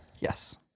yes